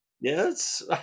Yes